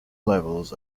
levels